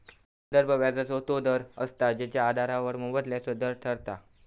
संदर्भ व्याजाचो तो दर असता जेच्या आधारावर मोबदल्याचो दर ठरता